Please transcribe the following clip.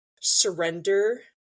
surrender